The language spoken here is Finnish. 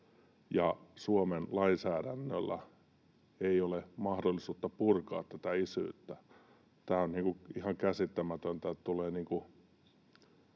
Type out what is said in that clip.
Suomen lainsäädännöllä ei ole mahdollisuutta purkaa tätä isyyttä. Tämä on ihan käsittämätöntä,